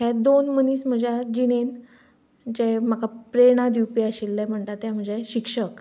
हे दोन मनीस म्हजे जिणेंत जे म्हाका प्रेरणा दिवपी आशिल्ले म्हणटा ते म्हजे शिक्षक